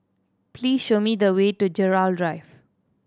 please show me the way to Gerald Drive